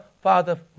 Father